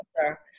sir